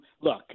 Look